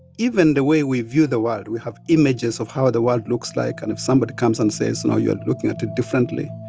even the way we view the world. we have images of how the world looks like. and if somebody comes and says, no, you're looking at it differently,